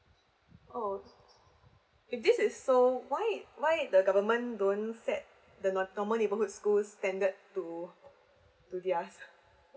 oh if this is so why why the government don't set the normal neighborhood school standard to to they ask